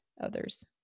others